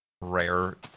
Rare